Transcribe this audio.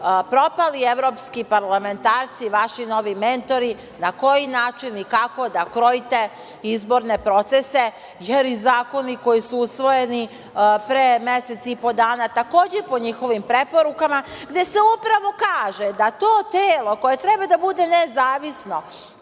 propali evropski parlamentarci, vaši novi mentori, na koji način i kako da krojite izborne procese, jer i zakoni koji su usvojeni pre mesec i po dana, takođe po njihovim preporukama, gde se upravo kaže da to telo koje treba da bude nezavisno,